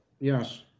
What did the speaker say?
Yes